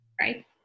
right